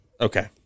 Okay